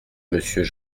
monsieur